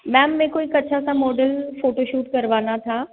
मेरे को एक अच्छा सा मॉडल फोटो शूट करवाना था